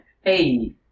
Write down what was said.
Hey